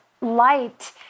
light